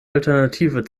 alternative